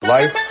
Life